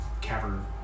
cavern